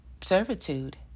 servitude